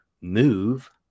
move